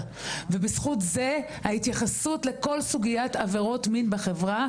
ובזכות זה ההתייחסות לכל סוגיית עבירות מין בחברה,